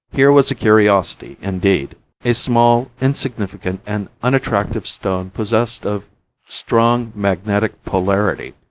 here was a curiosity, indeed a small, insignificant and unattractive stone possessed of strong magnetic polarity,